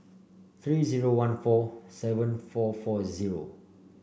three zero one four seven four four zero